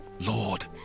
Lord